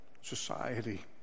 society